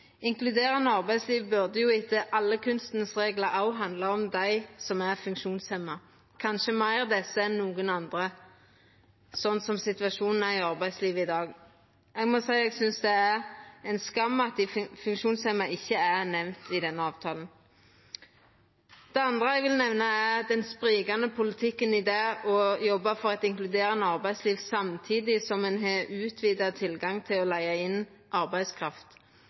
Inkluderande arbeidsliv burde jo etter alle kunstens reglar òg handla om dei som er funksjonshemma – kanskje meir desse enn nokon andre, slik situasjonen er i arbeidslivet i dag. Eg må seia eg synest det er ein skam at dei funksjonshemma ikkje er nemnde i denne avtalen. Det andre eg vil nemna, er den sprikande politikken i det å jobba for eit inkluderande arbeidsliv samtidig som ein har utvida tilgang til å leia inn arbeidskraft.